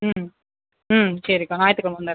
ஆம் ஆம் சரி அக்கா ஞாயிற்றுகிழமை வந்துடுறேன்